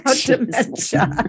dementia